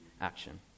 Action